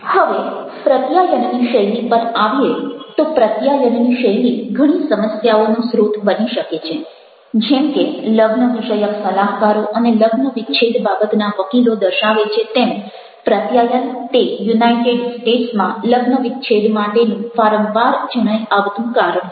હવે પ્રત્યાયનની શૈલી પર આવીએ તો પ્રત્યાયનની શૈલી ઘણી સમસ્યાઓનો સ્રોત બની શકે છે જેમ કે લગ્ન વિષયક સલાહકારો અને લગ્ન વિચ્છેદ બાબતના વકીલો દર્શાવે છે તેમ પ્રત્યાયન તે યુનાઇટેડ સ્ટેટ્સમાં લગ્ન વિચ્છેદ માટેનું વારંવાર જણાઈ આવતું કારણ છે